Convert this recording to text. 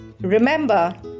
Remember